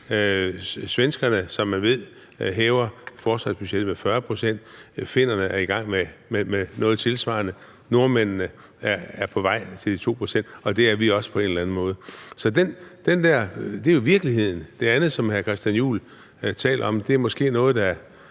Svenskerne hæver forsvarsbudgettet med 40 pct.; finnerne er i gang med noget tilsvarende; nordmændene er på vej til de 2 pct., og det er vi også på en eller anden måde. Så det er jo virkeligheden. Det andet, som hr. Christian Juhl taler om, er måske noget, der